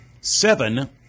seven